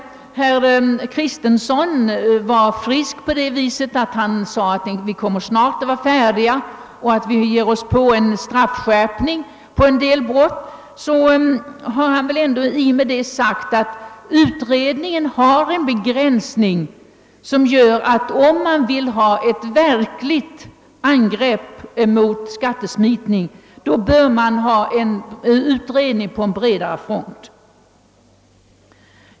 Herr Kristensson sade visserligen att utredningen snart kommer att vara klar med sitt arbete och att man har föreslagit straffskärpningar för en del brott, men därmed har han väl också sagt att utredningen är begränsad. Om vi därför vill ha ett verkligt skydd mot skattesmitning bör det tillsättas en utredning med bredare direktiv.